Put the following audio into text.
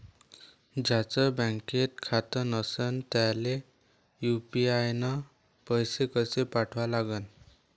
ज्याचं बँकेत खातं नसणं त्याईले यू.पी.आय न पैसे कसे पाठवा लागन?